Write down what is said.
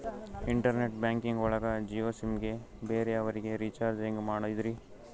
Internet banking ಒಳಗ Jio SIM ಗೆ ಬೇರೆ ಅವರಿಗೆ ರೀಚಾರ್ಜ್ ಹೆಂಗ್ ಮಾಡಿದ್ರಿ?